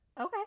Okay